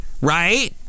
Right